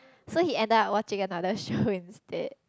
so he ended up watching another show instead